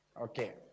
Okay